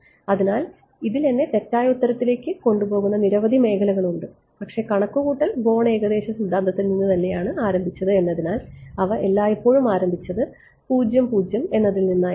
അതിനാൽ ഇതിൽ എന്നെ തെറ്റായ ഉത്തരത്തിലേക്ക് കൊണ്ടുപോകുന്ന നിരവധി മേഖലകളുണ്ട് പക്ഷേ കണക്കുകൂട്ടൽ ബോൺ ഏകദേശ സിദ്ധാന്തത്തിൽ നിന്നാണ് ആരംഭിച്ചത് എന്നതിനാൽ അവ എല്ലായ്പ്പോഴും ആരംഭിച്ചത് എന്നതിൽ നിന്നായിരുന്നു